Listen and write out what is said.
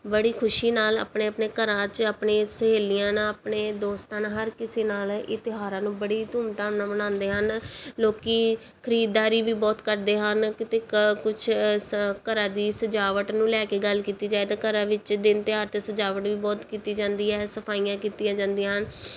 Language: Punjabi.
ਬੜੀ ਖੁਸ਼ੀ ਨਾਲ ਆਪਣੇ ਆਪਣੇ ਘਰਾਂ 'ਚ ਆਪਣੀਆਂ ਸਹੇਲੀਆਂ ਨਾਲ ਆਪਣੇ ਦੋਸਤਾਂ ਨਾਲ ਹਰ ਕਿਸੇ ਨਾਲ ਇਹ ਤਿਉਹਾਰਾਂ ਨੂੰ ਬੜੀ ਧੂਮਧਾਮ ਨਾਲ ਮਨਾਉਂਦੇ ਹਨ ਲੋਕ ਖਰੀਦਦਾਰੀ ਵੀ ਬਹੁਤ ਕਰਦੇ ਹਨ ਕਿਤੇ ਕੁਛ ਸ ਘਰਾਂ ਦੀ ਸਜਾਵਟ ਨੂੰ ਲੈ ਕੇ ਗੱਲ ਕੀਤੀ ਜਾਏ ਤਾਂ ਘਰਾਂ ਵਿੱਚ ਦਿਨ ਤਿਉਹਾਰ 'ਤੇ ਸਜਾਵਟ ਵੀ ਬਹੁਤ ਕੀਤੀ ਜਾਂਦੀ ਹੈ ਸਫਾਈਆਂ ਕੀਤੀਆਂ ਜਾਂਦੀਆਂ ਹਨ